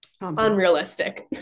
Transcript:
unrealistic